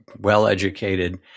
well-educated